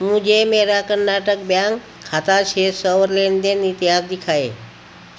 मुझे मेरा कर्नाटक बैंक खाता शेष और लेन देन इतिहास दिखाएँ